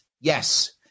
yes